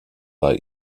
bei